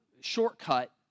shortcut